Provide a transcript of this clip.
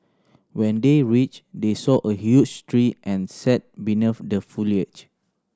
when they reached they saw a huge tree and sat beneath the foliage